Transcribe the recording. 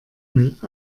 mit